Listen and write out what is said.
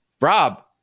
Rob